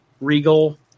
Regal